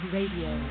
Radio